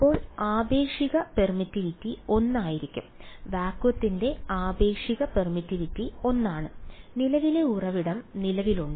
അപ്പോൾ ആപേക്ഷിക പെർമിറ്റിവിറ്റി 1 ആയിരിക്കും വാക്വത്തിന്റെ ആപേക്ഷിക പെർമിറ്റിവിറ്റി 1 ആണ് നിലവിലെ ഉറവിടം നിലവിലുണ്ട്